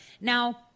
Now